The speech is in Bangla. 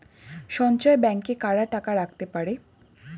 সঞ্চয় ব্যাংকে কারা টাকা রাখতে পারে?